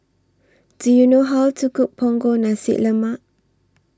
Do YOU know How to Cook Punggol Nasi Lemak